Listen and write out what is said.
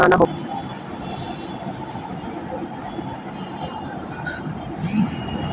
मुझे अपना गृह ऋण कितने समय में चुकाना होगा?